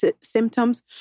symptoms